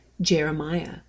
Jeremiah